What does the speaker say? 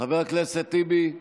חבר הכנסת טיבי.